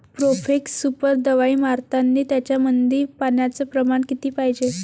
Profex super दवाई मारतानी त्यामंदी पान्याचं प्रमाण किती पायजे?